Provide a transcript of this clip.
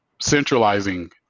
centralizing